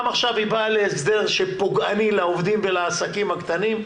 גם עכשיו היא באה להסדר שפוגעני לעובדים ולעסקים הקטנים.